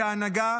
את ההנהגה,